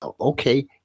Okay